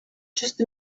just